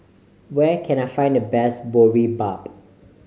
where can I find the best Boribap